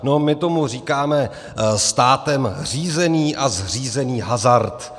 No my tomu říkáme státem řízený a zřízený hazard.